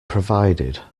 provided